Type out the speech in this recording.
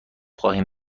خواهیم